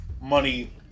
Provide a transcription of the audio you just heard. money